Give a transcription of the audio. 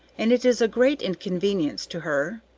and it is a great inconvenience to her.